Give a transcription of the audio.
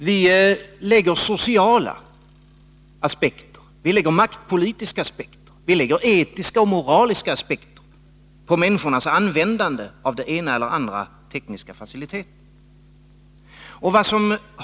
Vi lägger sociala aspekter, vi lägger maktpolitiska aspekter, vi lägger etiska och moraliska aspekter på människornas användande av den ena eller andra tekniska faciliteten.